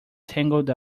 tangled